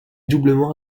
doublement